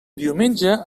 diumenge